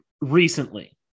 recently